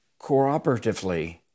cooperatively